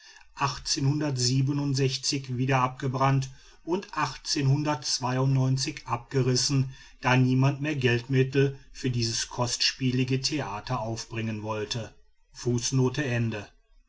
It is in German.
wieder abgebrannt und abgerissen da niemand mehr geldmittel für dieses kostspielige theater aufbringen wollte